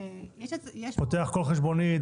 פותח כל חשבונית,